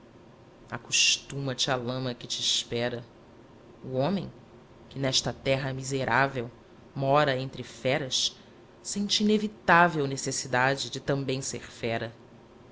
acostuma te à lama que te espera o homem que nesta terra miserável mora entre feras sente invevitável necessidade de também ser fera